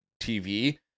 TV